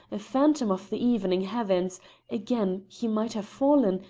a phantom of the evening heavens again he might have fallen,